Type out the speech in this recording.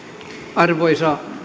arvoisa